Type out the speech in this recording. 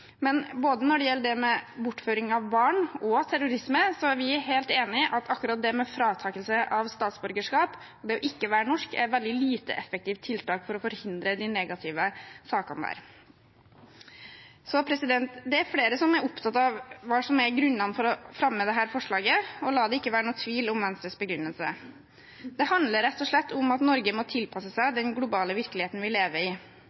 Men både når det gjelder bortføring av barn, og terrorisme, er vi helt enig i at akkurat det med fratakelse av statsborgerskap og det ikke å være norsk er et veldig lite effektivt tiltak for å forhindre de negative sakene på det området. Det er flere som er opptatt av hva som er grunnene for å fremme dette forslaget. La det ikke være noen tvil om Venstres begrunnelse: Det handler rett og slett om at Norge må tilpasse seg den globale virkeligheten vi lever i.